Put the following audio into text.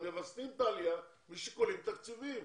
הם מווסתים את העלייה משיקולים תקציביים.